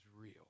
real